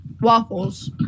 Waffles